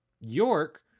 York